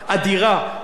מה עשינו.